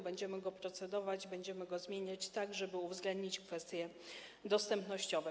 Będziemy nad nim procedować, będziemy go zmieniać, tak żeby uwzględnić kwestie dostępności.